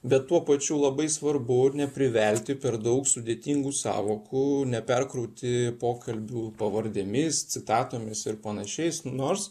bet tuo pačiu labai svarbu ir neprivelti per daug sudėtingų sąvokų neperkrauti pokalbių pavardėmis citatomis ir panašiais nors